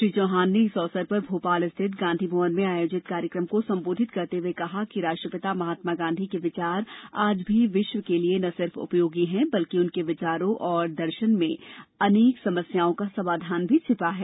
श्री चौहान ने इस अवसर पर भोपाल स्थित गांधी भवन में आयोजित कार्यक्रम को संबोधित करते हुए कहा कि राष्ट्रपिता महात्मा गांधी के विचार आज भी विश्व के लिए न सिर्फ उपयोगी हैं बल्कि उनके विचारों और दर्शन में अनेक समस्याओं का समाधान भी छिपा है